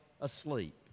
asleep